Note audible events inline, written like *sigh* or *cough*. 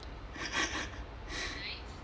*laughs*